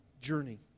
journey